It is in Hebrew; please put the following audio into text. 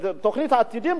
תוכנית "עתידים",